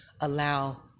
allow